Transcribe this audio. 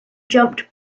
jumped